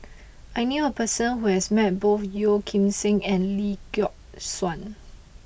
I knew a person who has met both Yeoh Ghim Seng and Lee Yock Suan